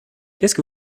que